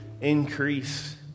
increase